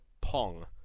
Pong